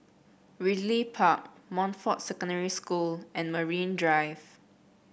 Ridley Park Montfort Secondary School and Marine Drive